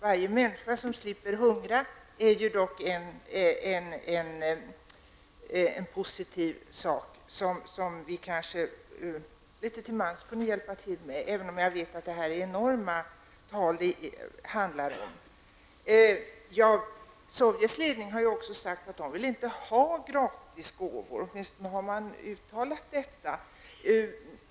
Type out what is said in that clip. Varje människa som slipper hungra innebär ju något positivt, och detta är något vi litet till mans kunde hjälpa till med, även om jag vet att det här är fråga om enorma tal. Sovjets ledning har ju också sagt att man inte vill ha gratis gåvor. Åtminstone har man uttalat detta.